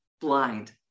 blind